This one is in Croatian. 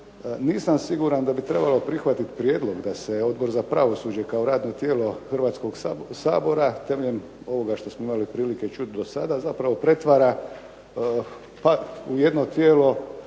nisam siguran da bi trebalo prihvatiti prijedlog da se Odbor za pravosuđe kao radno tijelo Hrvatskog sabora temeljem ovoga što smo imali prilike čuti dosada zapravo pretvara pa u jedno tijelo